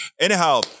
Anyhow